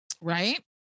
right